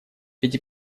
эти